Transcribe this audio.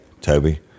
Toby